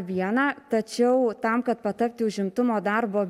viena tačiau tam kad patarti užimtumo darbo